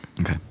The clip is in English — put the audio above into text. Okay